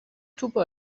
توپو